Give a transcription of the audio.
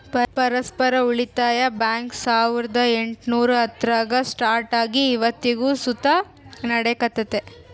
ಪರಸ್ಪರ ಉಳಿತಾಯ ಬ್ಯಾಂಕ್ ಸಾವುರ್ದ ಎಂಟುನೂರ ಹತ್ತರಾಗ ಸ್ಟಾರ್ಟ್ ಆಗಿ ಇವತ್ತಿಗೂ ಸುತ ನಡೆಕತ್ತೆತೆ